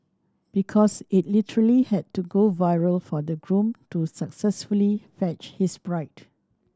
because it literally had to go viral for the groom to successfully fetch his bride